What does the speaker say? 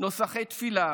נוסחי תפילה,